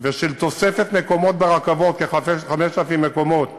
ושל תוספת מקומות ברכבות, כ-5,000 מקומות נוספים,